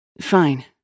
Fine